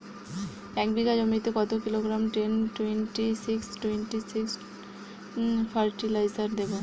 এক বিঘা জমিতে কত kilogram ten twenty six twenty six fertiliser দেবো?